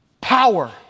Power